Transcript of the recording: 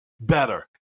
better